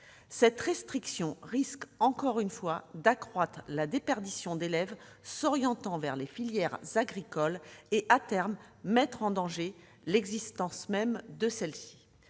Cette restriction risque encore une fois d'accroître la déperdition d'élèves s'orientant vers les filières agricoles et, à terme, de mettre en danger l'existence même de celles-ci.